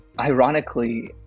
Ironically